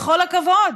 בכל הכבוד.